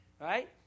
Right